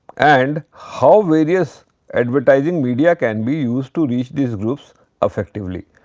and how various advertising media can be used to reach these groups effectively?